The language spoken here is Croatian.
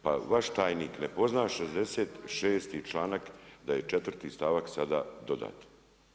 Pa vaš tajnik ne poznaje 66. članak da je 4.-ti stavak sada dodan.